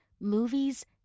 movies